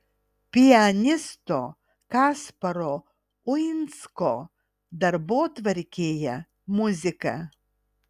pianisto kasparo uinsko darbotvarkėje muzika